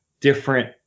different